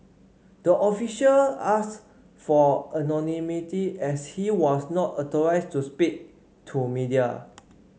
the official ask for anonymity as she was not authorised to speak to media